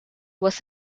was